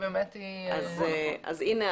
אז הנה,